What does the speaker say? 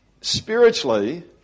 Spiritually